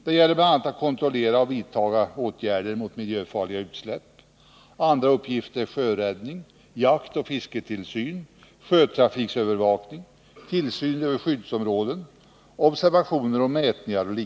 Det gäller bl.a. att kontrollera och att vidta åtgärder mot miljöfarliga utsläpp: Andra uppgifter är t.ex. sjöräddning, jaktoch fisketillsyn, sjötrafikövervakning, tillsyn över skyddsområden, observationer och mätningar.